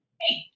Hey